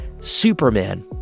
Superman